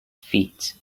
feet